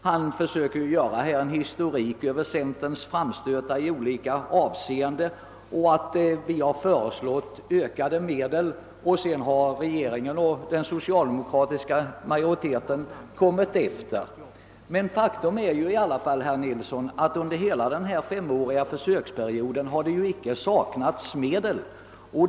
Herr Nilsson försökte göra en historik över centerns framstötar i olika avseenden och gjorde gällande att den först hade föreslagit utökade medel, och sedan hade regeringen och den socialdemokratiska riksdagsmajoriteten kommit efter. Faktum är i alla fall, herr Nilsson, att det under hela denna femåriga försöksperiod icke har saknats medel.